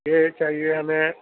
یہ چاہیے ہمیں